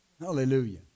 Hallelujah